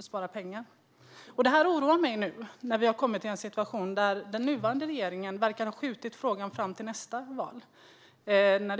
spara pengar. Det oroar mig att vi nu har kommit i en situation där den nuvarande regeringen verkar ha skjutit fram frågan till nästa val.